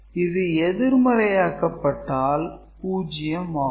இது எதிர்மறையாக்கப்பட்டால் 0 ஆகும்